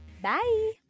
Bye